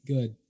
Good